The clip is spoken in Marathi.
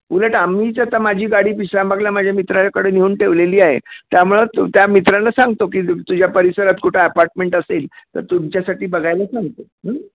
उलट आम्हीच आता माझी गाडी विश्रामबागला माझ्या मित्राकडे नेऊन ठेवलेली आहे त्यामुळे त्या मित्राला सांगतो की तुझ्या परिसरात कुठं अपार्टमेंट असेल तर तुमच्यासाठी बघायला सांगतो